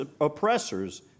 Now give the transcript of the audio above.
oppressors